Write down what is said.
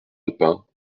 alpins